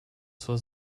zur